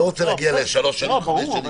אני לא רוצה להגיד לשלוש שנים, לחמש שנים סתם.